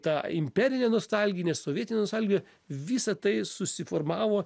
ta imperinė nostalginė sovietinė nostalgija visa tai susiformavo